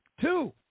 Two